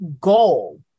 goal